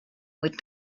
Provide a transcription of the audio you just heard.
with